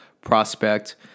prospect